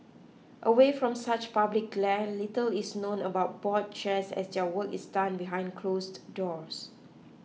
away from such public glare little is known about board chairs as their work is done behind closed doors